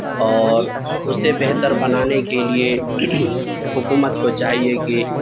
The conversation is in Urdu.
اور اسے بہتر بنانے کے لیے حکومت کو چاہیے کہ